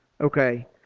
Okay